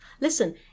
Listen